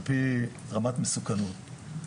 על פי רמת מסוכנות.